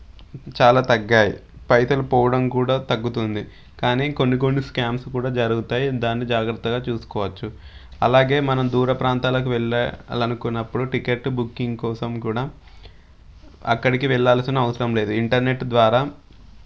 చాలా తగ్గాయి పైసలు పోవడం కూడా తగ్గుతుంది కానీ కొన్ని కొన్ని స్క్యామ్స్ కూడా జరుగుతాయి దాన్ని జాగ్రత్తగా చూసుకోవచ్చు అలాగే మనం దూరప్రాంతాలకు వెళ్ళా లన్నప్పుడు టికెట్ బుకింగ్ కోసం కూడా అక్కడికి వెళ్లాల్సిన అవసరం లేదు ఇంటర్నెట్ ద్వారా